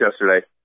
yesterday